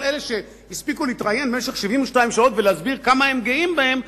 כל אלה שהספיקו להתראיין במשך 72 שעות ולהסביר כמה הם גאים בהם,